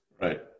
right